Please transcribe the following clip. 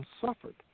suffered